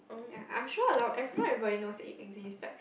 ya I'm sure a lot everybody knows that it exist but